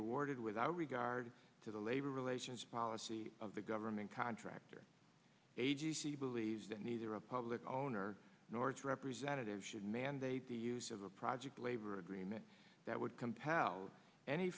awarded without regard to the labor relations policy of the government contractor agency believes that neither a public owner north representative should mandate the use of a project labor agreement that would compel any